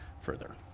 further